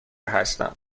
هستم